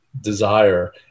desire